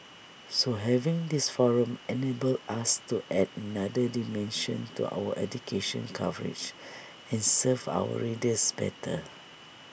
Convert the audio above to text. so having this forum enables us to add another dimension to our education coverage and serve our readers better